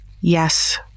Yes